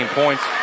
points